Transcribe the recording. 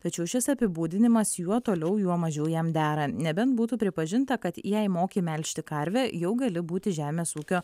tačiau šis apibūdinimas juo toliau juo mažiau jam dera nebent būtų pripažinta kad jei moki melžti karvę jau gali būti žemės ūkio